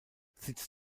sitz